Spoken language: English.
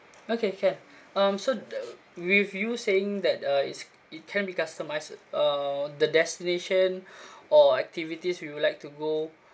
okay can um so the with you saying that uh it's it can be customized uh the destination or activities we would like to go